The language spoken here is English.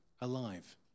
alive